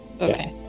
Okay